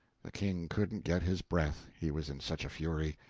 the king couldn't get his breath, he was in such a fury.